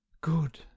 good